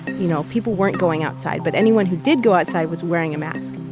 you know people weren't going outside. but anyone who did go outside was wearing a mask.